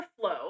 flow